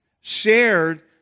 shared